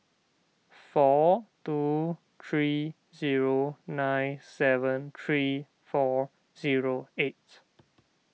four two three zero nine seven three four zero eight